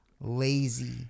lazy